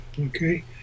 Okay